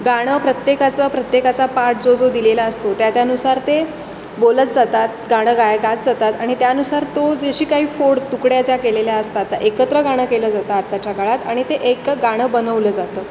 गाणं प्रत्येकाचा प्रत्येकाचा पार्ट जो जो दिलेला असतो त्या त्यानुसार ते बोलत जातात गाणं गाय गात जातात आणि त्यानुसार तो जशी काही फोड तुकड्या ज्या केलेल्या असतात एकत्र गाणं केलं जातं आत्ताच्या काळात आणि ते एक गाणं बनवलं जातं